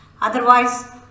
Otherwise